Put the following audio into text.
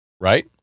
right